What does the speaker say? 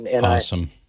awesome